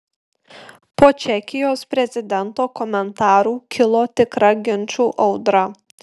po čekijos prezidento komentarų kilo tikra ginčų audra